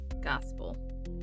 gospel